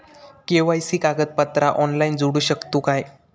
KYC कागदपत्रा online जोडू शकतू का?